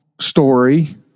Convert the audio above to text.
story